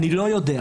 אני לא יודע.